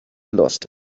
lost